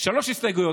שלוש הסתייגויות.